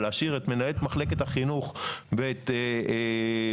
להשאיר את מנהלת מחלקת החינוך ואת מזכירתה,